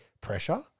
pressure